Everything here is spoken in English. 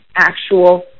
actual